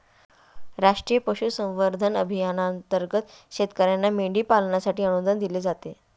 राष्ट्रीय पशुसंवर्धन अभियानांतर्गत शेतकर्यांना मेंढी पालनासाठी अनुदान दिले जाते